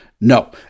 No